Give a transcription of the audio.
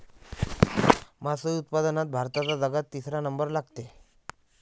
मासोळी उत्पादनात भारताचा जगात तिसरा नंबर लागते